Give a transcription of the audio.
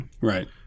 Right